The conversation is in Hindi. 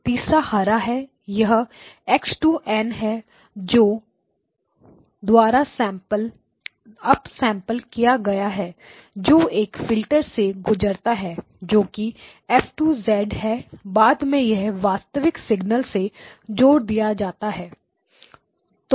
तीसरा हरा है यह x2n है जो द्वारा अप सैंपलिंग किया गया है जो एक फिल्टर से गुजरता है जो कि F2 है बाद में यह वास्तविक सिग्नल से जोड़ दिया जाता है